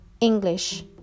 English